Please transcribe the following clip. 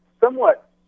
somewhat